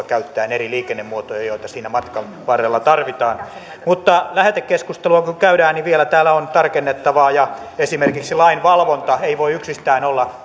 käyttäen eri liikennemuotoja joita siinä matkan varrella tarvitaan mutta lähetekeskustelua kun käydään niin vielä täällä on tarkennettavaa esimerkiksi lain valvonta ei voi yksistään olla